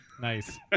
Nice